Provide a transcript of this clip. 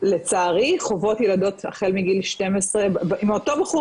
לצערי חווות ילדות החל מגיל 12 מאותו בחור